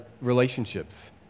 relationships